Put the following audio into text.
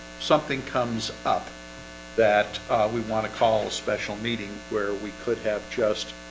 something comes up that we want to call a special meeting where we could have just